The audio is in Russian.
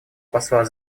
посла